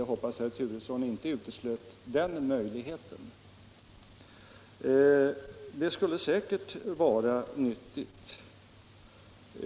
Jag hoppas att herr Turesson inte uteslöt den möjligheten. Det skulle säkert vara nyttigt med ett arbetsbyte.